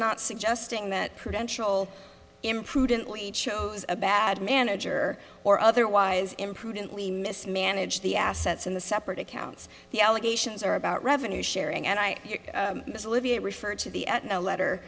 not suggesting that prudential imprudently chose a bad manager or otherwise imprudently mismanaged the assets in the separate accounts the allegations are about revenue sharing and i refer to the letter